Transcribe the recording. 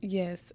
yes